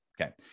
Okay